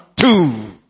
two